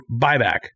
buyback